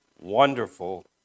Wonderful